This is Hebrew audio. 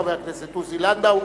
חבר הכנסת עוזי לנדאו,